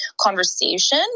conversation